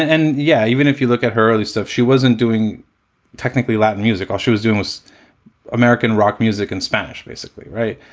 and yeah, even if you look at her early stuff, she wasn't doing technically latin music. all she was doing was american rock music and spanish, basically. right.